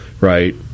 right